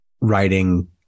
writing